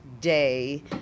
day